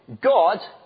God